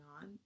on